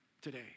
today